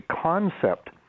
concept